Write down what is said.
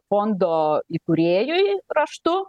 fondo įkūrėjui raštu